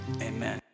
amen